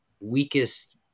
weakest